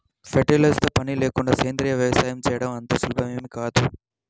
fertilisers తో పని లేకుండా సేంద్రీయ వ్యవసాయం చేయడం అంత సులభమేమీ కాదు